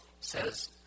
says